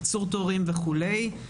קיצור תורים וכולי,